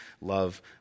love